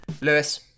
Lewis